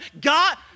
God